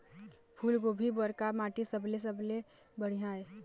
फूलगोभी बर का माटी सबले सबले बढ़िया ये?